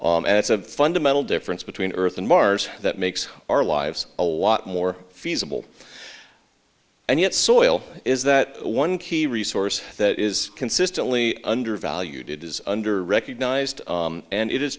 and it's a fundamental difference between earth and mars that makes our lives a lot more feasible and yet soil is that one key resource that is consistently undervalued it is under recognized and it is